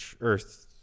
earth